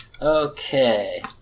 Okay